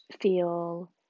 feel